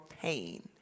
pain